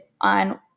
on